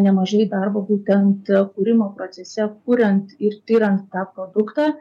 nemažai darbo būtent kūrimo procese kuriant ir tiriant tą produktą